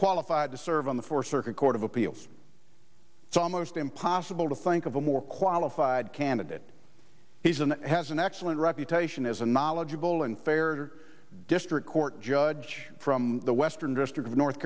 qualified to serve on the fourth circuit court of appeals it's almost impossible to think of a more qualified candidate he's and has an excellent reputation as a knowledgeable and fairer district court judge from the western district of north